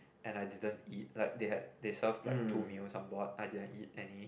and I didn't eat like they had they serve like two meals onboard I didn't eat any